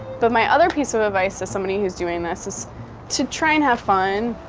but my other piece of advice to somebody who's doing this is to try and have fun,